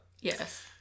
yes